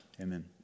Amen